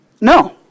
No